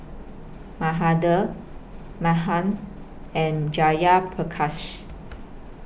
Mahade Mahan and Jayaprakash